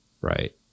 right